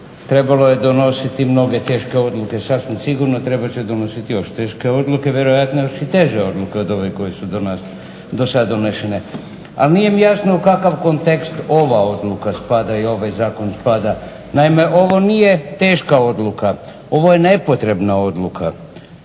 trebalo je donositi mnoge teške odluke. Sasvim sigurno trebat će donositi još teške odluke vjerojatno još i teže odluke od ove koje su do sada donešene. Ali nije mi jasno u kakav kontekst ova odluka spada i ovaj zakon spada. Naime, ovo nije teška odluka, ovo je nepotrebna odluka.